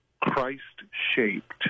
Christ-shaped